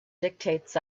dictates